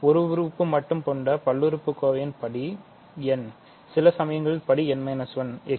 ஒரு ஒரு உறுப்பு மட்டும் கொண்ட பல்லுறுப்புக்கோவையின் படி nசில சமயங்களில் படி n 1